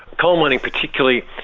coal mining particularly,